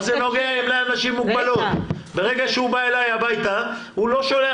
ברגע שהוא בא אלי הביתה הוא לא שולח